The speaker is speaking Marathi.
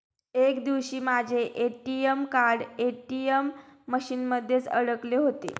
एक दिवशी माझे ए.टी.एम कार्ड ए.टी.एम मशीन मध्येच अडकले होते